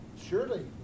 Surely